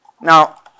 Now